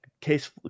case